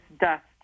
dust